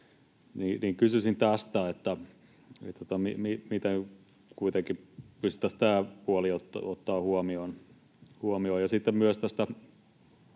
Kysyisin tästä, miten kuitenkin pystyttäisiin tämä puoli ottamaan huomioon.